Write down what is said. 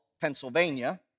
Pennsylvania